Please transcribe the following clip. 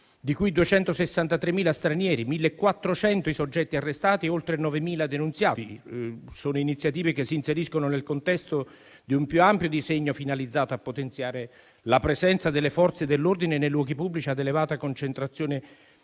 di cui 263.000 stranieri, 1.400 i soggetti arrestati e oltre 9.000 denunziati. Si tratta di iniziative che si inseriscono nel contesto di un più ampio disegno finalizzato a potenziare la presenza delle Forze dell'ordine nei luoghi pubblici ad elevata concentrazione